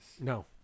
No